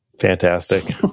fantastic